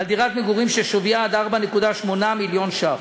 דירת מגורים ששווייה עד 4.8 מיליון ש"ח,